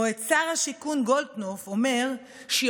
או את שר השיכון גולדקנופ אומר שיותר